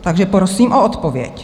Takže prosím o odpověď.